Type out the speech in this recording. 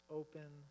open